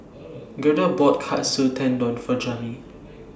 Gerda bought Katsu Tendon For Jami